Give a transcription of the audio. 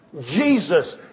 Jesus